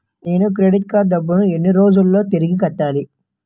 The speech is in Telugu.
నేను క్రెడిట్ కార్డ్ డబ్బును ఎన్ని రోజుల్లో తిరిగి కట్టాలి?